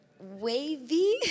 Wavy